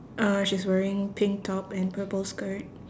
uh she's wearing pink top and purple skirt